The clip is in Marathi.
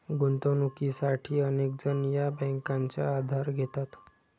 गुंतवणुकीसाठी अनेक जण या बँकांचा आधार घेतात